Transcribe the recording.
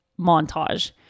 montage